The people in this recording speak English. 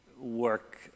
work